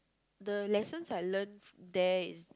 the lessons I learnt from there is